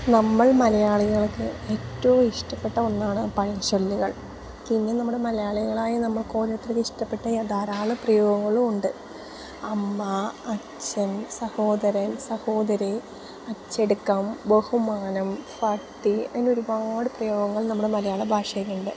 നമ്മൾ മലയാളികൾക്ക് ഏറ്റവും ഇഷ്ടപ്പെട്ട ഒന്നാണ് പഴഞ്ചൊല്ലുകൾ പിന്നെ നമ്മുടെ മലയാളികളായി നമ്മൾക്ക് ഓരോത്തക്ക് ഇഷ്ടപ്പെട്ട ധാരാള പ്രയോഗങ്ങളും ഉണ്ട് അമ്മ അച്ഛൻ സഹോദരൻ സഹോദരി അച്ചടുക്കം ബഹുമാനം ഭക്തി അങ്ങനെ ഒരുപാട് പ്രയോഗങ്ങൾ നമ്മുടെ മലയാള ഭാഷയിൽ ഉണ്ട്